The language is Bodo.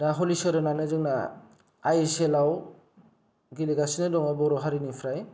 दा हलिसरनानो जोंना आइ एस एल आव गेलेगासिनो दङ बर' हारिनिफ्राय